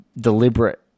deliberate